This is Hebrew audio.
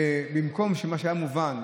במקום שמה שהיה מובן,